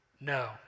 No